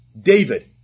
David